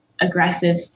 aggressive